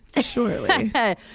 surely